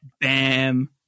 Bam